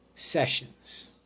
sessions